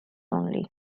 only